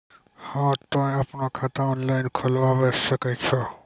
हाँ तोय आपनो खाता ऑनलाइन खोलावे सकै छौ?